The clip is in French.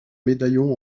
médaillons